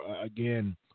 again